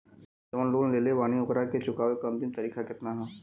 हम जवन लोन लेले बानी ओकरा के चुकावे अंतिम तारीख कितना हैं?